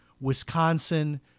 Wisconsin